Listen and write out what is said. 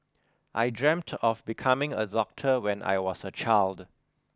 I dreamt of becoming a doctor when I was a child